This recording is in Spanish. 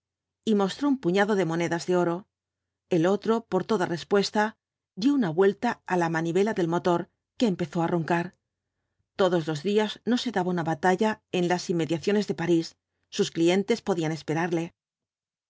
y mostró un puñado de monedas de oro el otro por toda respuesta dio una vuelta á la manivela del motor que empezó á roncar todos los días no se daba una batalla en las inmediaciones de parís sus clientes podían esperarle